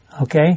okay